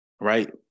right